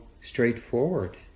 straightforward